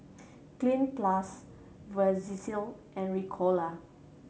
Cleanz Plus Vagisil and Ricola